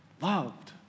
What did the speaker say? loved